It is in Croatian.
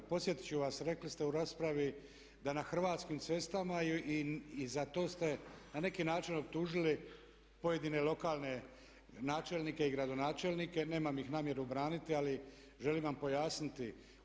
Podsjetit ću vas, rekli ste u raspravi da na hrvatskim cestama, i za to ste na neki način optužili pojedine lokalne načelnike i gradonačelnike, nemam ih namjeru braniti ali želim vam pojasniti.